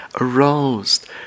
aroused